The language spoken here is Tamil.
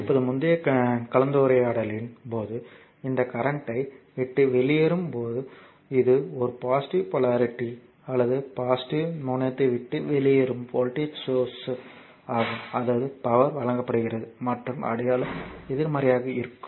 இப்போது முந்தைய கலந்துரையாடலின் போது இந்த கரண்ட்யை விட்டு வெளியேறும் போது இது ஒரு பாசிட்டிவ் போலாரிட்டி அல்லது பாசிட்டிவ் முனையத்தை விட்டு வெளியேறும் வோல்டேஜ் சோர்ஸ் கரண்ட் ஆகும் அதாவது பவர் வழங்கப்படுகிறது மற்றும் அடையாளம் எதிர்மறையாக இருக்கும்